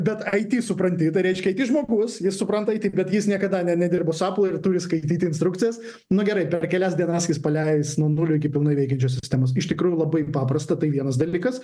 bet it supranti tai reiškia žmogus jis supranta it bet jis niekada ne nedirbo su aplu ir turi skaityti instrukcijas nu gerai per kelias dienas jis paleis nuo nulio iki pilnai veikiančios sistemos iš tikrųjų labai paprasta tai vienas dalykas